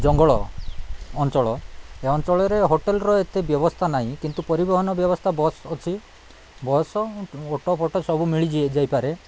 ଜଙ୍ଗଲ ଅଞ୍ଚଳ ଏ ଅଞ୍ଚଳରେ ହୋଟେଲ୍ର ଏତେ ବ୍ୟବସ୍ଥା ନାହିଁ କିନ୍ତୁ ପରିବହନ ବ୍ୟବସ୍ଥା ବସ୍ ଅଛି ବସ୍ ଅଟୋ ଫଟୋ ସବୁ ମିଳିଯା ଯାଇପାରେ